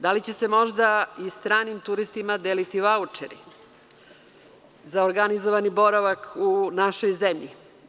Da li će se možda i stranim turistima deliti vaučeri za organizovani boravak u našoj zemlji?